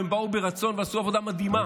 הם באו ברצון ועשו עבודה מדהימה.